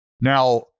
now